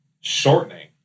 shortening